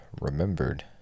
remembered